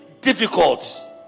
difficult